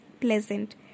pleasant